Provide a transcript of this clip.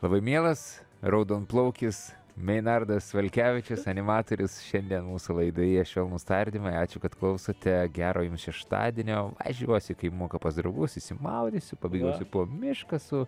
labai mielas raudonplaukis meinardas valkevičius animatorius šiandien mūsų laidoje švelnūs tardymai ačiū kad klausote gero jums šeštadienio važiuosiu į kaimuką pas draugus išsimaudysiu pabėgiosiu po mišką su